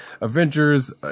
Avengers